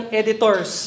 editors